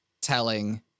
telling